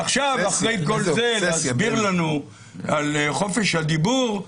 עכשיו, אחרי כל זה, להסביר לנו על חופש הדיבור,